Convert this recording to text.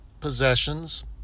Possessions